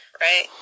right